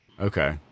okay